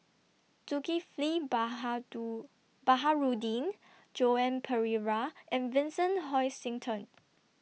Zulkifli Baharudin Joan Pereira and Vincent Hoisington